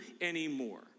anymore